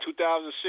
2006